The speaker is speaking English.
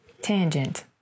tangent